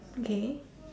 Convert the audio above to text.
okay